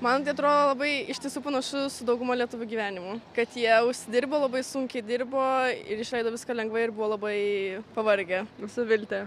man tai atrodo labai iš tiesų panašu su dauguma lietuvių gyvenimų kad jie užsidirbo labai sunkiai dirbo ir išleido viską lengvai ir buvo labai pavargę esu viltė